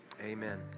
amen